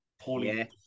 poorly